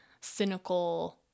cynical